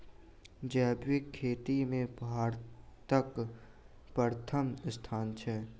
जैबिक खेती मे भारतक परथम स्थान छै